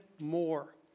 more